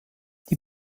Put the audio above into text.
die